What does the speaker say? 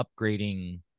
upgrading